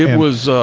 and was?